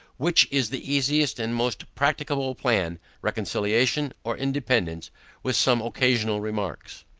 which is the easiest and most practicable plan, reconciliation or independance with some occasional remarks.